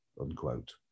unquote